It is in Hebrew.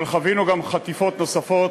אבל חווינו גם חטיפות נוספות,